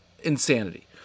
insanity